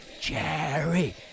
jerry